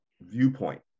viewpoint